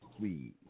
please